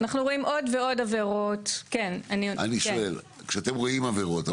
אני שואל כשאתם רואים עבירות,